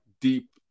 deep